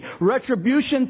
Retribution